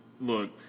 Look